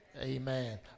Amen